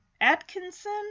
Atkinson